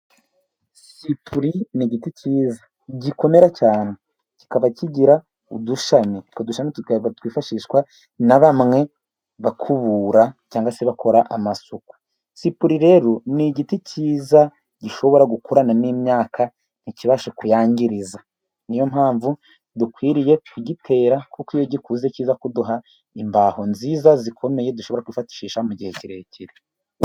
Sipuri ni igiti cyiza gikomera cyane kikaba kigira udushami utwo dushami twifashishwa na bamwe bakubura cyangwa se bakora amasuku. Sipuri rero ni igiti cyiza gishobora gukurana n'imyaka ntikibashe kuyangiriza. Niyo mpamvu dukwiriye kugitera kuko iyo gikuze kiza kuduha imbaho nziza zikomeye dushobora kwifashisha mu gihe kirekire.